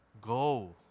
go